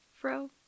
fro